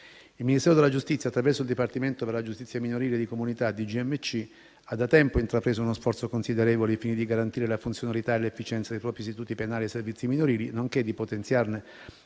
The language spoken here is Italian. Il Ministero della giustizia, attraverso il Dipartimento per la giustizia minorile e di comunità (DGMC), ha da tempo intrapreso uno sforzo considerevole ai fini di garantire la funzionalità e l'efficienza dei propri istituti penali e servizi minorili, nonché di potenziarne